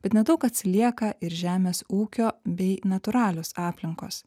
bet nedaug atsilieka ir žemės ūkio bei natūralios aplinkos